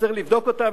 שצריך לבדוק אותם,